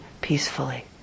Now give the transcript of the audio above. peacefully